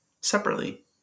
separately